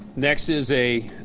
next is a